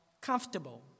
comfortable